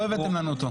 לא הבאתם לנו אותו.